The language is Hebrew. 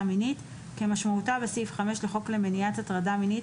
מינית כמשמעותה בסעיף 5 לחוק למניעת הטרדה מינית,